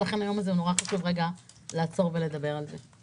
לכן היום הזה חשוב מאוד, לעצור רגע ולדבר על זה.